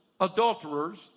adulterers